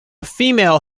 female